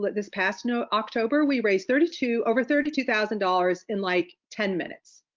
but this past note, october, we raised thirty two over thirty two thousand dollars in like ten minutes.